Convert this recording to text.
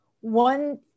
One